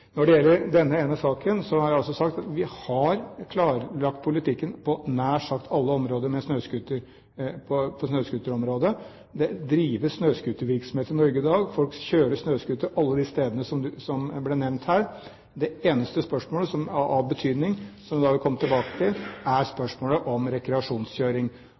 Når det gjelder denne ene saken, har jeg også sagt at vi har klarlagt politikken på nær sagt alle områder på snøscooterområdet. Det drives snøscootervirksomhet i Norge i dag. Folk kjører snøscooter alle de stedene som ble nevnt her. Det eneste spørsmålet av betydning som vi vil komme tilbake til, er spørsmålet om rekreasjonskjøring.